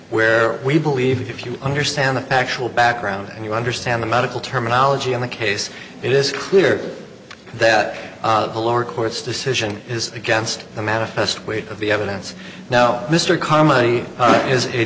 where we believe if you understand the actual background and you understand the medical terminology on the case it is clear that the lower court's decision is against the manifest weight of the evidence now mr comedy is a